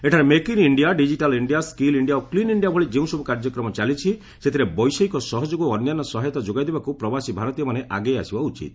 ଏଠାରେ make in India digital India skill India ଓ clean India ଭଳି ଯେଉଁସବୁ କାର୍ଯ୍ୟକ୍ରମ ଚାଲିଛି ସେଥିରେ ବୈଷୟିକ ସହଯୋଗ ଓ ଅନ୍ୟାନ୍ୟ ସହାୟତା ଯୋଗାଇଦେବାକୁ ପ୍ରବାସୀ ଭାରତୀୟମାନେ ଆଗେଇ ଆସିବା ଉଚିତ